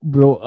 Bro